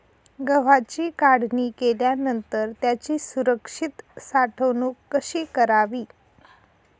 गव्हाची काढणी केल्यानंतर त्याची सुरक्षित साठवणूक कशी करावी?